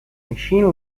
machine